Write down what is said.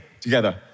together